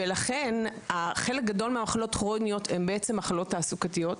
לכן חלק גדול מהמחלות הכרוניות הן בעצם מחלות תעסוקתיות.